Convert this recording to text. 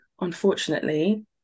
Unfortunately